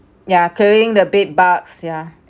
yeah clearing the bed bugs yeah